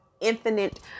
infinite